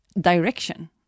direction